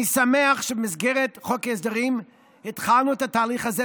אני שמח שבמסגרת חוק ההסדרים התחלנו את התהליך הזה.